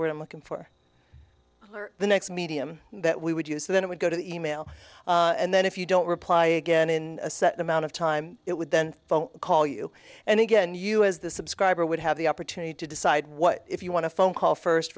word i'm looking for the next medium that we would use then it would go to e mail and then if you don't reply again in a certain amount of time it would then phone call you and again you as the subscriber would have the opportunity to decide what if you want to phone call first